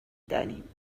دانیم